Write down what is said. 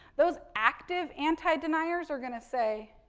those active anti-deniers are going to say